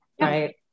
Right